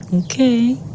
ok